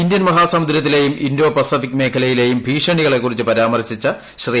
Indian മഹാസമുദ്രത്തിലേയും Indo Pacific മേഖലയിലേയും ഭീഷണികളെക്കുറിച്ച് പരാമർശിച്ചു ശ്രീ